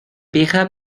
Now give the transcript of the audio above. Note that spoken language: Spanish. pija